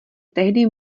tehdy